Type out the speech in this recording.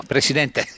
Presidente